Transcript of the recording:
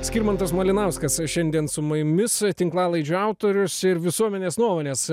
skirmantas malinauskas šiandien su mumis tinklalaidžių autorius ir visuomenės nuomonės